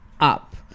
up